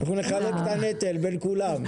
אנחנו נחלק את הנטל בין כולם.